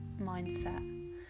mindset